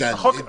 איתן,